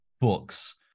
books